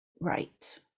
right